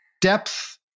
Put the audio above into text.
depth